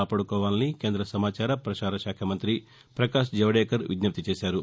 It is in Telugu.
కాపాదుకోవాలని కేంద సమాచార పసారశాఖ మంతి పకాష్ జవదేకర్ విజ్ఞప్తిచేశారు